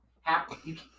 Happy